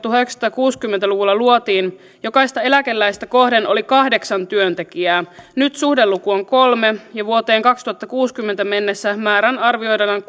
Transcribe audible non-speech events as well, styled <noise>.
<unintelligible> kun työeläkejärjestelmä tuhatyhdeksänsataakuusikymmentä luvulla luotiin jokaista eläkeläistä kohden oli kahdeksan työntekijää nyt suhdeluku on kolme ja vuoteen kaksituhattakuusikymmentä mennessä määrän arvioidaan <unintelligible>